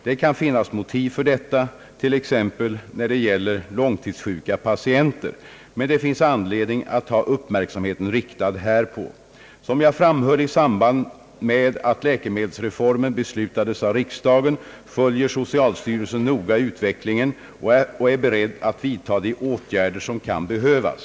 Det kan finnas motiv för detta, t.ex. när det gäller långtidssjuka patienter, men det finns anledning att ha uppmärksamheten riktad härpå. Som jag framhöll i samband med att läkemedelsreformen beslutades av riksdagen följer socialstyrelsen noga utvecklingen och är beredd att vidta de åtgärder som kan behövas.